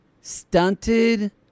stunted